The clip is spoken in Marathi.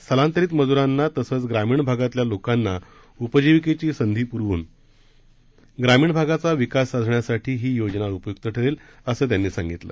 स्थलांतरित मजुरांना तसंच ग्रामीण भागातल्या लोकांना उपजीविकेची संधी पुखून ग्रामीण भागाचा विकास साधण्यासाठी ही योजना उपयुक्त ठरेल असं त्यांनी सांगितलं